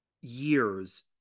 years